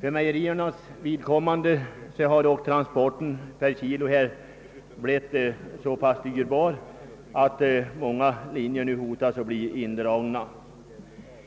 För mejeriernas del har emellertid transportkostnaden per kilo blivit så pass hög, att många linjer nu hotas av indragning.